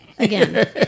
Again